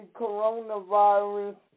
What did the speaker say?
coronavirus